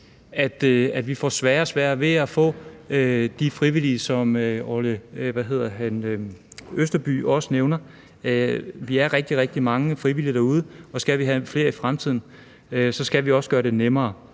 at vi får sværere og sværere ved at få de frivillige, hvilket Orla Østerby også nævner. Vi er rigtig, rigtig mange frivillige derude, og skal vi have flere i fremtiden, skal vi også gøre det nemmere.